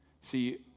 See